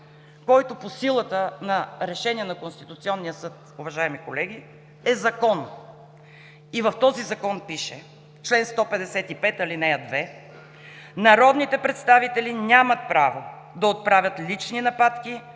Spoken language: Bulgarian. който по силата на решение на Конституционния съд, уважаеми колеги, е закон. И в този закон, в чл. 155, ал. 2 пише: „Народните представители нямат право да отправят лични нападки,